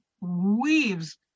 weaves